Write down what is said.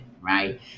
right